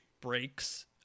breaks